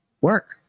work